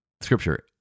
Scripture